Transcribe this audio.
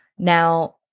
Now